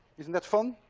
isn't that fun?